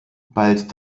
bald